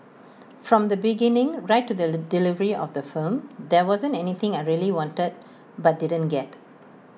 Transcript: from the beginning right to the delivery of the film there wasn't anything I really wanted but didn't get